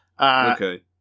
Okay